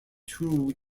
two